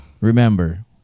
remember